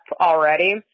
already